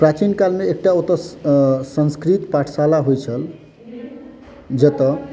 प्राचीन कालमे एकटा ओतय संस्कृत पाठशाला होइत छल जतय